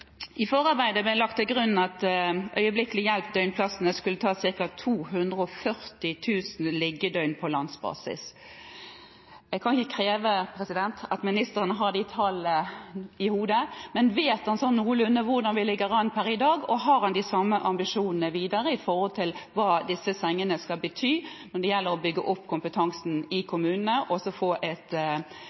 I forarbeidet ble det lagt til grunn at øyeblikkelig hjelp-døgnplassene skulle ta ca. 240 000 liggedøgn på landsbasis. Jeg kan ikke kreve at ministeren har de tallene i hodet, men vet han sånn noenlunde hvordan vi ligger an per i dag? Og har han de samme ambisjonene videre for hva disse sengene skal bety når det gjelder å bygge opp kompetansen i kommunene og å få et